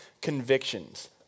convictions